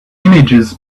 images